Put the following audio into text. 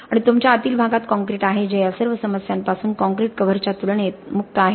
आणि तुमच्या आतील भागात काँक्रीट आहे जे या सर्व समस्यांपासून कॉंक्रिट कव्हर च्या तुलनेने मुक्त आहे